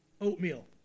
oatmeal